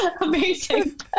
amazing